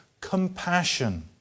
compassion